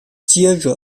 接着